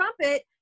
trumpet